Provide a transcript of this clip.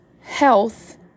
health